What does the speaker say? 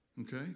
Okay